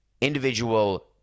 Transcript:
individual